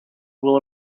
will